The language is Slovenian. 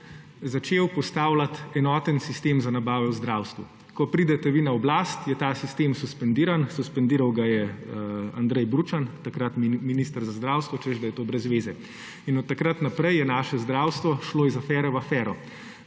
začel postavljati enoten sistem za nabave v zdravstvu. Ko pridete vi na oblast, je ta sistem suspendiran. Suspendiral ga je Andrej Bručan, takratni minister za zdravstvo, češ da je to brez zveze. Od takrat naprej je naše zdravstvo šlo iz afere v afero.